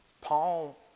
Paul